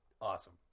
Awesome